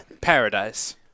Paradise